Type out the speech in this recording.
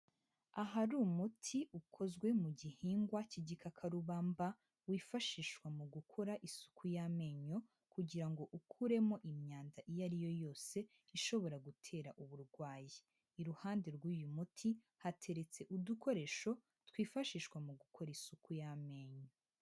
Ahari umuti ukozwe mu gihingwa cy'igikakarubamba wifashishwa mu gukora isuku y'amenyo kugira ngo ukuremo imyanda iyo ari yo yose ishobora gutera uburwayi, iruhande rw'uyu muti hateretse udukoresho twifashishwa mu gukora isuku y'amenyo.